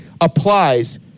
applies